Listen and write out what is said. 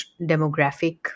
demographic